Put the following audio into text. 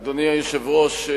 אדוני היושב-ראש,